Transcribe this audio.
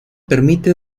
permite